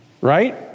right